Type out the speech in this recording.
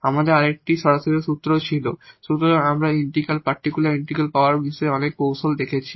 আমাদের আরেকটি সরাসরি সূত্র ছিল সুতরাং আমরা এই ইন্টিগ্রাল পার্টিকুলার ইন্টিগ্রাল পাওয়ার বিষয়ে অনেক কৌশল দেখেছি